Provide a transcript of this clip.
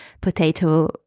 Potato